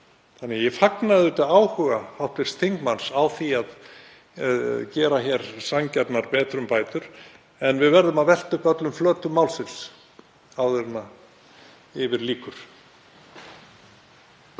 Ég fagna því áhuga hv. þingmanns á því að gera hér sanngjarnar betrumbætur. En við verðum að velta upp öllum flötum málsins áður en yfir lýkur.